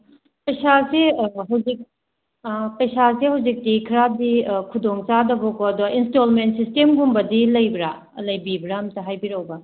ꯄꯩꯁꯥꯁꯤ ꯍꯧꯖꯤꯛ ꯄꯩꯁꯥꯁꯦ ꯍꯧꯖꯤꯛꯇꯤ ꯈꯔꯗꯤ ꯈꯨꯗꯣꯡ ꯆꯥꯗꯕꯀꯣ ꯑꯗꯣ ꯏꯟꯁꯇꯣꯜꯃꯦꯟ ꯁꯤꯁꯇꯦꯝꯒꯨꯝꯕꯗꯤ ꯂꯩꯕ꯭ꯔꯥ ꯂꯩꯕꯤꯕ꯭ꯔꯥ ꯑꯃꯨꯛꯇ ꯍꯥꯏꯕꯤꯔꯧꯕ